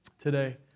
today